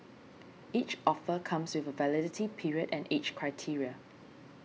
each offer comes with a validity period and age criteria